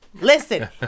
Listen